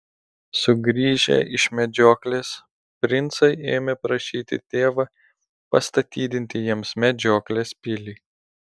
sugrįžę iš medžioklės princai ėmė prašyti tėvą pastatydinti jiems medžioklės pilį